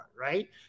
right